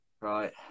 Right